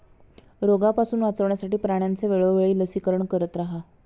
रोगापासून वाचवण्यासाठी प्राण्यांचे वेळोवेळी लसीकरण करत रहा